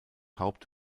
haupt